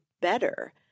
better